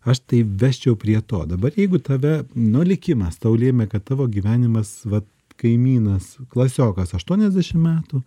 aš tai vesčiau prie to dabar jeigu tave nu likimas tau lėmė kad tavo gyvenimas vat kaimynas klasiokas aštuoniasdešimt metų